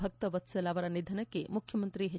ಭಕ್ತವತ್ಲಲ ಅವರ ನಿಧನಕ್ಕೆ ಮುಖ್ಯಮಂತ್ರಿ ಎಚ್